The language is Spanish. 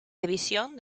división